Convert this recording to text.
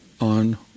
on